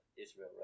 Israel